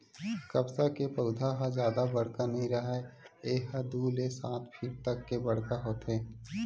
कपसा के पउधा ह जादा बड़का नइ राहय ए ह दू ले सात फीट तक के बड़का होथे